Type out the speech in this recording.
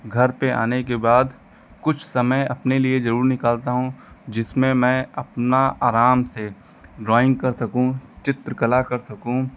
घर पे आने के बाद कुछ समय अपने लिए जरुर निकलता हूँ जिसमें मैं अपना आराम से ड्राइंग कर सकूं चित्रकला कर सकूं